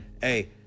Hey